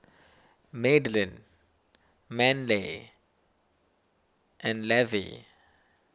Madeline Manley and Levie